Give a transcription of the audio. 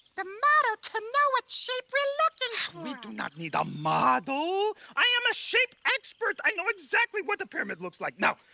the model to know what shape we're and looking for. we do not need a model. i am a shape expert. i know exactly what a pyramid looks like. now,